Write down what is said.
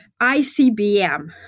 ICBM